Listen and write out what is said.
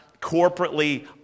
corporately